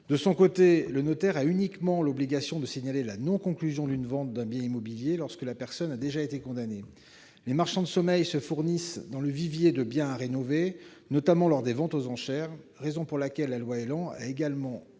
De son côté, le notaire a uniquement l'obligation de signaler la non-conclusion de la vente d'un bien immobilier lorsque la personne a déjà été condamnée. Les marchands de sommeil se fournissent dans le vivier de biens à rénover, notamment lors des ventes aux enchères, raison pour laquelle la loi ÉLAN a également